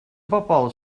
bobl